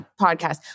podcast